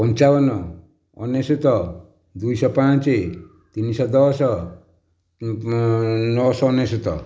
ପଞ୍ଚାବନ ଅନେଶ୍ୱତ ଦୁଇଶହ ପାଞ୍ଚ ତିନିଶହ ଦଶ ନଅଶହ ଅନେଶ୍ୱତ